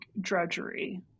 drudgery